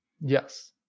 Yes